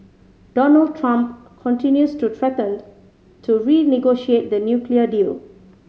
Donald Trump continues to threatened to renegotiate the nuclear deal